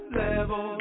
level